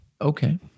Okay